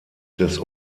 des